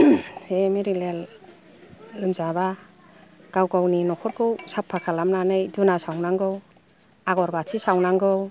बे मेलेरिया लोमजाब्ला गाव गावनि नखरखौ साफा खालामनानै धुना सावनांगौ आगर बाथि सावनांगौ